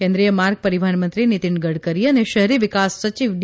કેન્રિવ્ય માર્ગ પરિવહનમંત્રી નિતીન ગડકરી અને શહેરી વિકાસ સચિવ ડી